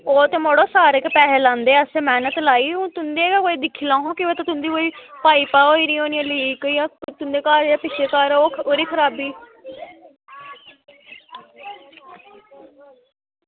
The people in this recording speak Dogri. ओह् ते मड़ो सारे गै पैहे लांदे असें मैह्नत लाई ते हून तुं'दे गै कोई दिक्खी लैओ हां केह् पता तुंदी कोई पाइप होई दी होनी लीक जां तुं'दे घर पिच्छें जेह्ड़ा घर ओह्दी खराबी